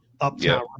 Uptown